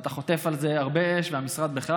ואתה חוטף על זה הרבה אש, והמשרד בכלל.